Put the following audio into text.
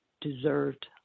deserved